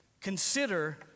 Consider